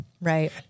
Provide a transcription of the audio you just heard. Right